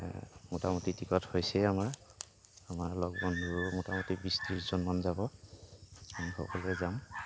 মোটামুটি টিকট হৈছেই আমাৰ আমাৰ লগ বন্ধুও মোটা মোটি বিছ ত্ৰিছজনমান যাব আমি সকলোৱে যাম